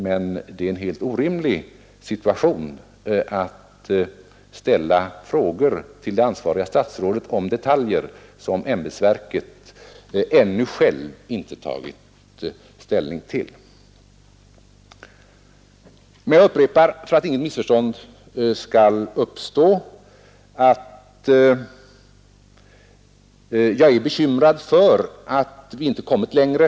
Men det är helt orimligt att till det ansvariga statsrådet ställa frågor om detaljer, som ämbetsverket självt ännu inte har tagit ställning till. För att inget missförstånd skall uppstå upprepar jag, att jag är bekymrad för att vi inte har kommit längre.